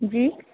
जी